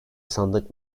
sandık